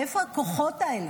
מאיפה הכוחות האלה?